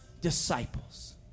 disciples